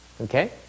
Okay